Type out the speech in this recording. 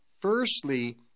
firstly